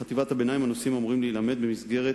בחטיבת-הביניים הנושאים אמורים להילמד במסגרת